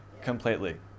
completely